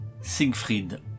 Siegfried